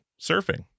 surfing